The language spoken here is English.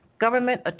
Government